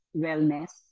wellness